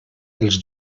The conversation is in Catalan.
els